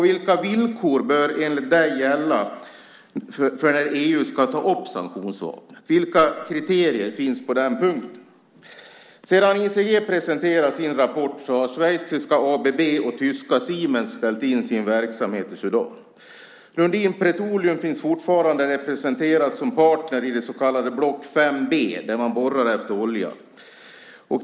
Vilka villkor bör enligt dig gälla för när EU ska ta upp sanktioner? Vilka kriterier finns på den punkten? Sedan ICG presenterat sin rapport har schweiziska ABB och tyska Siemens ställt in sin verksamhet i Sudan. Lundin Petroleum finns fortfarande representerat som partner i det så kallade Block 5 B, där man borrar efter olja.